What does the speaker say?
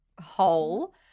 hole